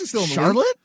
Charlotte